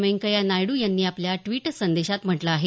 व्यंकय्या नायडू यांनी आपल्या ड्वीट संदेशात म्हटलं आहे